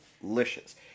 delicious